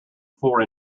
four